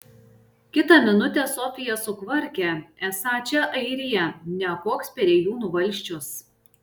kitą minutę sofija sukvarkia esą čia airija ne koks perėjūnų valsčius